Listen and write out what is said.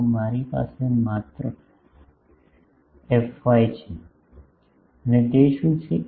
તો મારી પાસે માત્ર ફાય છે અને તે શું છે